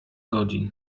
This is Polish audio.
godzin